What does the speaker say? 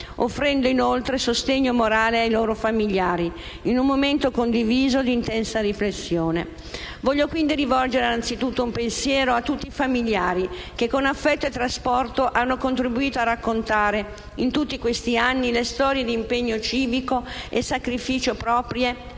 offrendo inoltre sostegno morale ai loro familiari, in un momento condiviso di intensa riflessione. Voglio quindi rivolgere anzitutto un pensiero a tutti i familiari che con affetto e trasporto hanno contribuito a raccontare, in tutti questi anni, le storie di impegno civico e sacrificio proprie